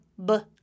-b